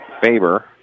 Faber